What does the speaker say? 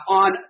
on